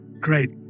Great